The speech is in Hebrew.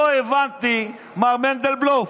לא הבנתי, מר מנדלבלוף,